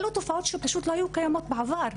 היו תופעות שפשוט לא היו קיימות בעבר.